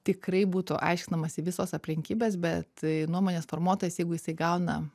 tikrai būtų aiškinamasi visos aplinkybės bet nuomonės formuotojas jeigu jisai gauna